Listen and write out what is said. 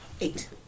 Eight